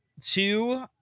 two